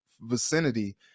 vicinity